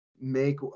make